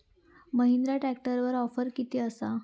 महिंद्रा ट्रॅकटरवर ऑफर किती आसा?